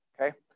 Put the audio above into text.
Okay